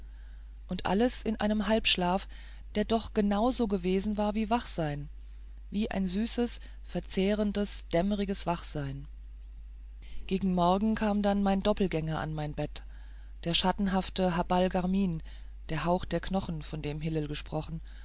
und alles in einem halbschlaf der doch genau so gewesen war wie wachsein wie ein süßes verzehrendes dämmeriges wachsein gegen morgen stand dann mein doppelgänger an meinem bett der schattenhafte habal garmin der hauch der knochen von dem hillel gesprochen